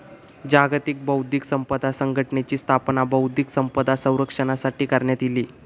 जागतिक बौध्दिक संपदा संघटनेची स्थापना बौध्दिक संपदा संरक्षणासाठी करण्यात इली